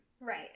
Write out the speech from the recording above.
Right